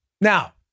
Now